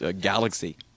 galaxy